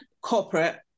corporate